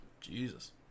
Jesus